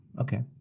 okay